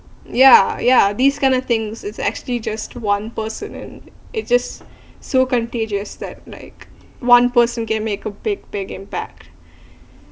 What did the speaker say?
ya ya these kind of things it's actually just one person and it just so contagious that like one person can make a big big impact